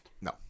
No